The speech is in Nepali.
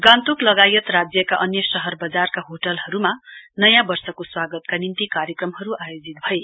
गान्तोक लगायत राज्यका अन्य शहर बजारका होटलहरूमा नयाँ वर्षको स्वागतका निम्ति कार्यक्रमहरू आयोजित भए